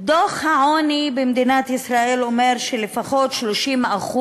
דוח העוני במדינת ישראל אומר שלפחות 30%